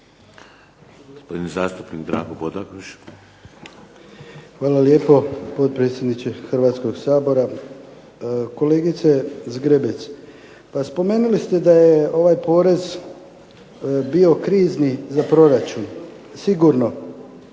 Hvala lijepo potpredsjedniče Hrvatskog sabora. Kolegice Zgrebec, pa spomenuli ste da je ovaj porez bio krizni za proračun. Sigurno.